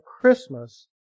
Christmas